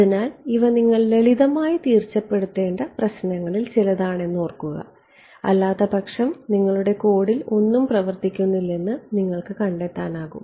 അതിനാൽ ഇവ നിങ്ങൾ ലളിതമായി തീർച്ചപ്പെടുത്തേണ്ട പ്രശ്നങ്ങളിൽ ചിലതാണ് എന്നോർക്കുക അല്ലാത്തപക്ഷം നിങ്ങളുടെ കോഡിൽ ഒന്നും പ്രവർത്തിക്കുന്നില്ലെന്ന് നിങ്ങൾ കണ്ടെത്തും